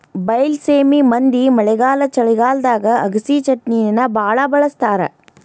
ಬೈಲಸೇಮಿ ಮಂದಿ ಮಳೆಗಾಲ ಚಳಿಗಾಲದಾಗ ಅಗಸಿಚಟ್ನಿನಾ ಬಾಳ ಬಳ್ಸತಾರ